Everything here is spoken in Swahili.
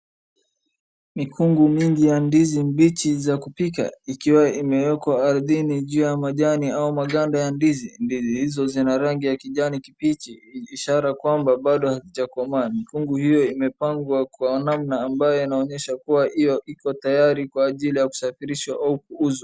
Mikungu mingi ya ndizi mbichi za kupika ikiwa imewekwa ardhini juu ya majani au maganda ya ndizi. Ndizi hizo zina rangi ya kijani kibichi ishara kwamba bado hazijakomaa mikungu hiyo imepangwa kwa namna inaonyesha hiyo iko tayari kwa ajali ya kusafirishwa au kuuzwa.